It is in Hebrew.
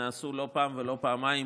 הם נעשו לא פעם ולא פעמיים